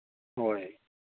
ꯍꯣꯏ